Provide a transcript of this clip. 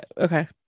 okay